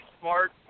smart